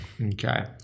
Okay